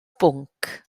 bwnc